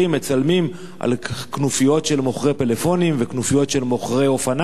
מצלמים כנופיות של מוכרי פלאפונים וכנופיות של מוכרי אופניים,